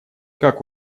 как